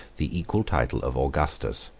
the equal title of augustus.